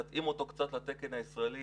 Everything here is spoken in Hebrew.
תתאים אותו קצת לתקן הישראלי,